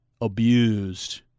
abused